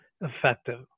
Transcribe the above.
effective